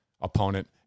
opponent